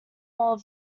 bulb